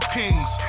kings